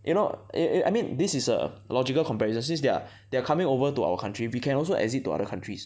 you know eh I I mean this is a logical comparison since they are they are coming over to our country we can also exit to other countries